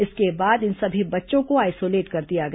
इसके बाद इन सभी बच्चों को आइसोलेट कर दिया गया